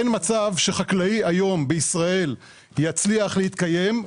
אין מצב שחקלאי היום בישראל יצליח להתקיים.